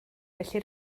felly